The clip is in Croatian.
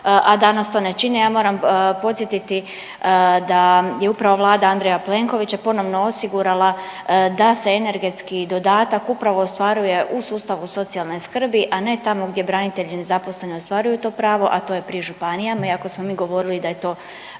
a danas to ne čine. Ja moram podsjetiti da je upravo Vlada Andreja Plenkovića ponovno osigurala da se energetski dodatak upravo ostvaruje u sustavu socijalne skrbi, a ne tamo gdje branitelji nezaposleni ostvaruju to pravo, a to je pri županijama, iako smo mi govorili da je to